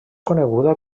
coneguda